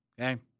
okay